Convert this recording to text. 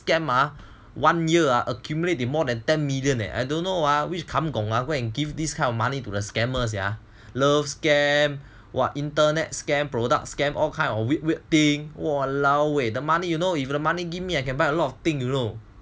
scam ah one year ah accumulate the more than ten million and I don't know why which kumgong go and give this kind of money to the scammers sia love scam !wah! internet scam products scam all kind of weird weird thing !walaoeh! the money you know if the money give me I can buy a lot of thing you know